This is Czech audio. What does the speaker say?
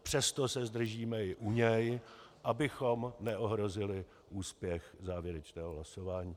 Přesto se zdržíme i u něj, bychom neohrozili úspěch závěrečného hlasování.